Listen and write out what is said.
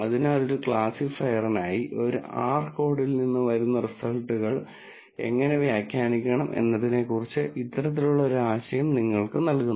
അതിനാൽ ഒരു ക്ലാസിഫയറിനായി ഒരു R കോഡിൽ നിന്ന് വരുന്ന റിസൾട്ടുകൾ എങ്ങനെ വ്യാഖ്യാനിക്കണം എന്നതിനെക്കുറിച്ച് ഇത്തരത്തിലുള്ള ഒരു ആശയം നിങ്ങൾക്ക് നൽകുന്നു